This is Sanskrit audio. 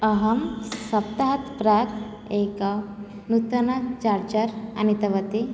अहं सप्ताहात् प्राक् एकं नूतन चार्जर् आनीतवति